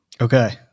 Okay